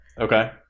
Okay